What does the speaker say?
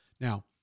Now